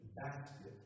basket